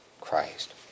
Christ